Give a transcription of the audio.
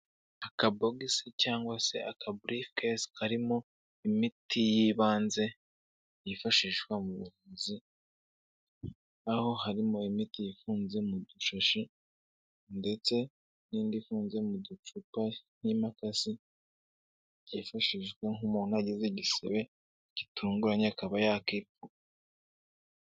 Aka box cyangwa se aka briefcase karimo imiti y'ibanze yifashishwa mubuvuzi, aho harimo imiti ifunze mu dushashi ndetse n'indi ifunze mu ducupa n'imakasi yifashishwa nk'umuntu agize igisebe gitunguranye akaba yakipfuka.